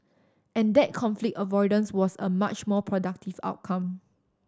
and that conflict avoidance was a much more productive outcome